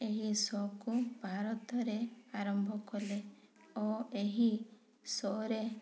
ଏହି ଶୋକୁ ଭାରତରେ ଆରମ୍ଭ କଲେ ଓ ଏହି ଶୋରେ